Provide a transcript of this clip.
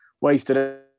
wasted